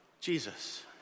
Jesus